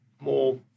more